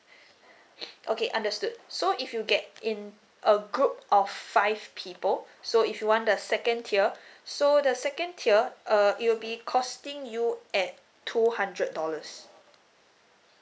okay understood so if you get in a group of five people so if you want the second tier so the second tier uh it will be costing you at two hundred dollars